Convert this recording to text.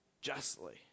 justly